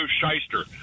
shyster